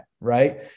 right